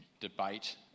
debate